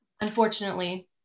unfortunately